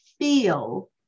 feel